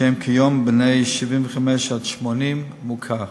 שהם כיום בני 75 80, מוכר.